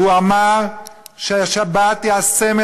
תני לי.